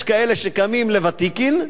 יש כאלה שקמים לוותיקין,